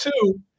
two